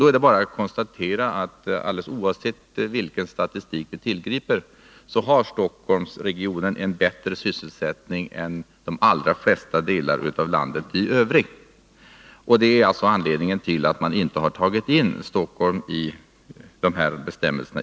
Då är det bara att konstatera att oavsett vilken statistik vi tillgriper har Stockholmsregionen en bättre sysselsättning än de allra flesta delarna av landet i övrigt. Det är anledningen till att man inte från början har tagit in Stockholm i de här bestämmelserna.